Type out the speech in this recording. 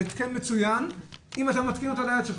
זה התקן מצוין אם אתה מתקין אותו על היד שלך.